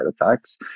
effects